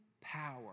power